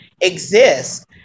exist